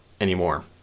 anymore